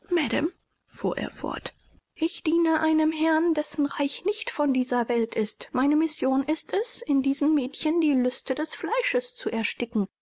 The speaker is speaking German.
ich diene einem herrn dessen reich nicht von dieser welt ist meine mission ist es in diesen mädchen die lüste des fleisches zu ersticken